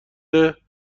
بهترین